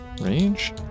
range